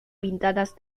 pintadas